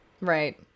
Right